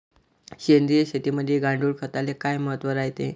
सेंद्रिय शेतीमंदी गांडूळखताले काय महत्त्व रायते?